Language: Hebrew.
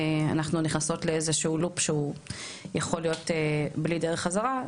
אנחנו נכנסות לאיזה שהוא לופ שהוא יכול להיות בלי דרך חזרה,